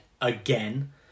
again